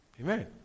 Amen